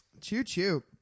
Choo-choo